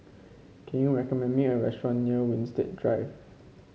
can you recommend me a restaurant near Winstedt Drive